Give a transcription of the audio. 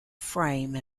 frame